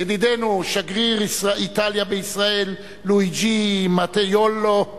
ידידנו שגריר איטליה בישראל לואיג'י מטיולו,